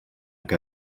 que